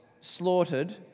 slaughtered